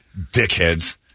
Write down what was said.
dickheads